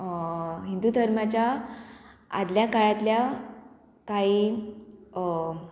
हिंदू धर्माच्या आदल्या काळांतल्या कांय